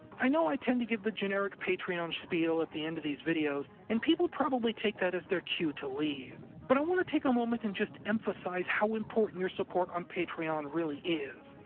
i know i tend to give the generic patreon spiel at the end of these videos, and people probably take that as their cue to leave. but i want to take a moment and just emphasize how important your support on patreon really is,